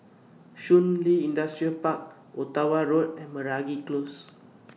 Shun Li Industrial Park Ottawa Road and Meragi Close